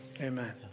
Amen